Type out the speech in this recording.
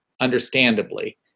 understandably